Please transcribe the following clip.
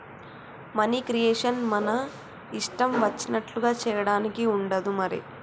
money creation మన ఇష్టం వచ్చినట్లుగా చేయడానికి ఉండదు మరి